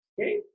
okay